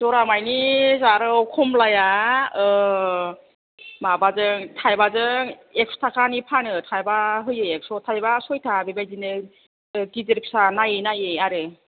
जरा मानि जारौ खमलाया माबाजों थाइबाजों एक्स' थाखानि फानो थाइबा होयो एक्सआव थाइबा सयथा बेबायदिनो गिदिर फिसा नायै नायै आरो